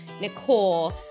Nicole